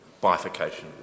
bifurcation